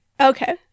Okay